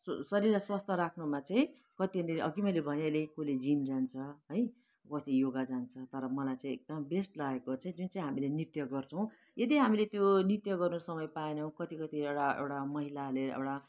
शरीरलाई स्वास्थ्य राखनुमा चाहिँ कतिले अघि मैले भनि हाले कसैले जिम जान्छ कोही योगा जान्छ तर मलाई चाहिँ एकदम बेस्ट लागेको चाहिँ जुन चाहिँ हामीले नृत्य गर्छौँ यदि हामीले त्यो नृत्य गर्नु समय पाएनौँ कति कति बेला एउटा महिलाले एउटा